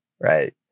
right